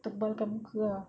tebalkan muka ah